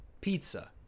Pizza